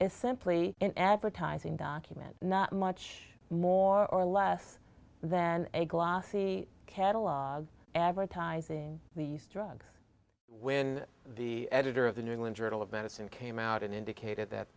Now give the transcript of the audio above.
is simply an advertising document not much more or less than a glossy catalogs advertising these drugs when the editor of the new england journal of medicine came out and indicated that